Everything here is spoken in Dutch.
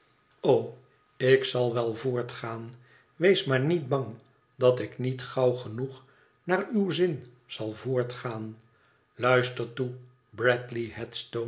ik zal wel voortgaan wees maar niet bang dat ik niet gaaw genoeg naar uw zin zal voortgaan luister toe